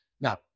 Now